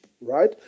right